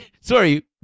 sorry